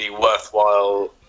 worthwhile